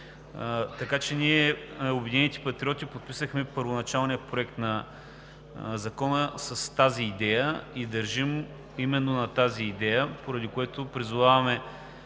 съмнение. Ние, „Обединените патриоти“, подписахме първоначалния Проект на закона с тази идея и държим именно на нея, поради което призоваваме